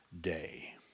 day